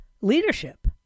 leadership